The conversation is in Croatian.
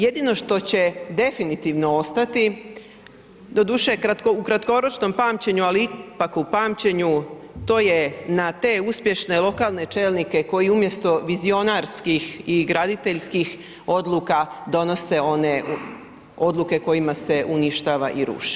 Jedino što će definitivno ostati, doduše u kratkoročnom pamćenju, ali ipak u pamćenju to je na te uspješne lokalne čelnike koji umjesto vizionarskih i graditeljskih odluka donose one odluke kojima se uništava i ruši.